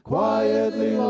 Quietly